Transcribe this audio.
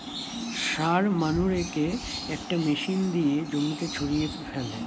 সার মানুরেকে একটা মেশিন দিয়ে জমিতে ছড়িয়ে ফেলে